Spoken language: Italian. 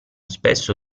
spesso